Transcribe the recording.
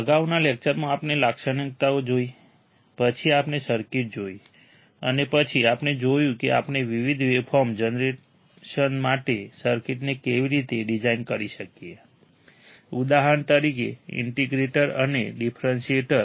અગાઉના લેક્ચરમાં આપણે લાક્ષણિકતાઓ જોઈ પછી આપણે સર્કિટ જોઈ અને પછી આપણે જોયું કે આપણે વિવિધ વેવફોર્મ્સ જનરેશન માટે સર્કિટને કેવી રીતે ડિઝાઇન કરી શકીએ ઉદાહરણ તરીકે ઇન્ટિગ્રેટર અને ડિફરન્શિએટર